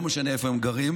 לא משנה איפה הם גרים,